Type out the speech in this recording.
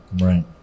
Right